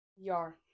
Yar